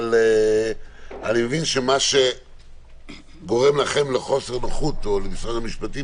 אבל אני מבין שמה שגורם לכם חוסר נוחות או למשרד המשפטים